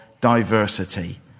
diversity